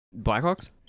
Blackhawks